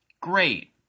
great